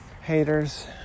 Haters